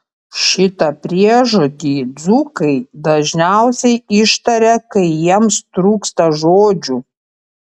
šitą priežodį dzūkai dažniausiai ištaria kai jiems trūksta žodžių